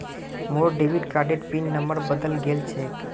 मोर डेबिट कार्डेर PIN number बदले गेल छेक